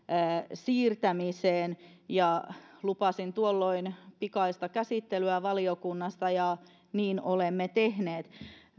siirtämiseen lupasin tuolloin pikaista käsittelyä valiokunnassa ja niin olemme tehneet